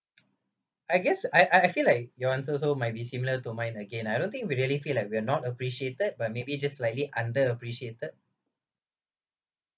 I guess I I I feel like your answer also might be similar to mine again I don't think we really feel like we are not appreciated but maybe just slightly under appreciated